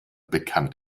bekannt